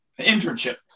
internship